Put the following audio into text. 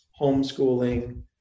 homeschooling